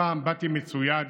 הפעם באתי מצויד